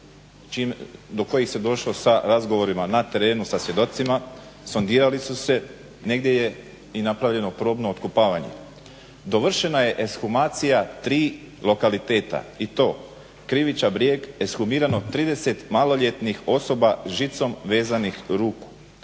do kojih se došlo sa razgovorima na terenu, sa svjedocima, sondirali su se. Negdje je napravljeno i probno otkopavanje. Dovršena je ekshumacija tri lokaliteta i to Kriviča brijeg ekshumirano 30 maloljetnih osoba žicom vezanih ruku.